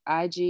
ig